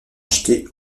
achetés